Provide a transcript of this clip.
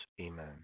Amen